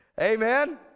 Amen